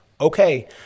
okay